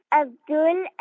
abdul